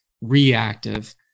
reactive